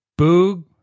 Boog